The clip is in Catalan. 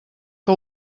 que